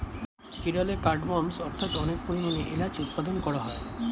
কেরলে কার্ডমমস্ অর্থাৎ অনেক পরিমাণে এলাচ উৎপাদন করা হয়